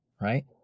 right